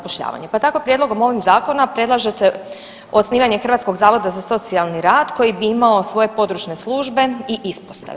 Pa tako prijedlogom ovih zakona predlažete osnivanje hrvatskog zavoda za socijalni rad koji bi imao svoje područne službe i ispostave.